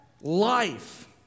life